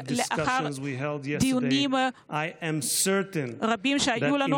לאחר דיונים רבים שהיו לנו,